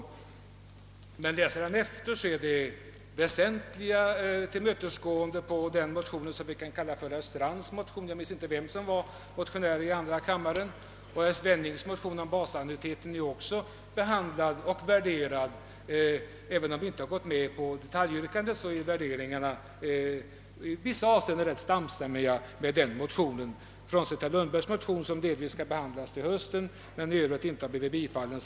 Läser man utlåtandet, finner man att det föreligger ett väsentligt tillmötesgående mot den motion, som vi kan kalla herr Strands. Jag minns inte vem som i andra kammaren var motionär. Herr Svennings motion om basanmnuiteten är också behandlad och värderad. även om utskottet inte har gått med på något detaljyrkande, är värderingarna i vissa avseenden rätt samstämmiga beträffande denna motion — om vi bortser från herr Lundbergs motion, som delvis skall behandlas till hösten men i övrigt inte blivit tillstyrkt.